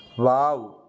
wow